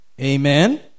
Amen